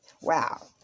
Wow